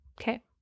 Okay